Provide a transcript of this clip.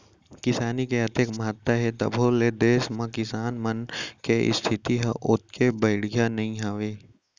किसानी के अतेक महत्ता हे तभो ले देस म किसान मन के इस्थिति ह ओतेक बड़िहा नइये